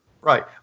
Right